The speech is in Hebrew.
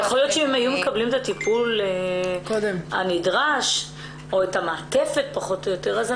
יכול להיות שאם הם היו מקבלים את הטיפול הנדרש או את המעטפת לא הינו